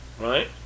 right